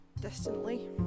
distantly